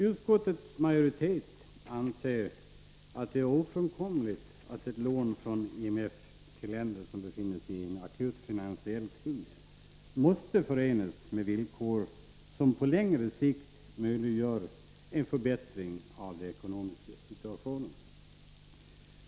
Utskottets majoritet anser att det är ofrånkomligt att ett lån från IMF till länder som befinner sig i en akut finansiell kris förenas med villkor, som på längre sikt möjliggör en förbättring av den ekonomiska situationen.